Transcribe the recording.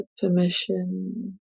permission